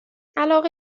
علاقه